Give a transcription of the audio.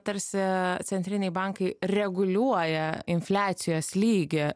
tarsi centriniai bankai reguliuoja infliacijos lygį